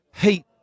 heat